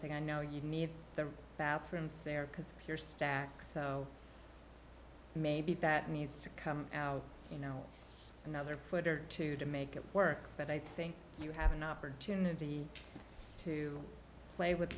thing i know you need the bathrooms there because your stack so maybe that needs to come out you know another foot or two to make it work but i think you have an opportunity to play with